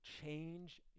change